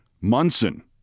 Munson